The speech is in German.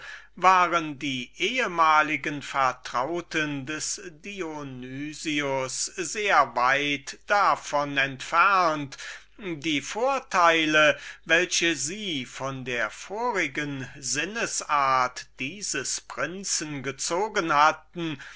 waren die ehmaligen vertrauten des dionysius sehr weit davon entfernt die vorteile welche sie von der vorigen denkungs-art dieses prinzen gezogen hatten